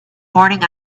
morning